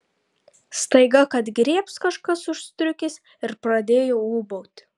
staiga kad griebs kažkas už striukės ir pradėjo ūbauti